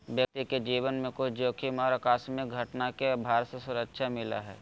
व्यक्ति के जीवन में कुछ जोखिम और आकस्मिक घटना के भार से सुरक्षा मिलय हइ